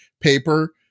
paper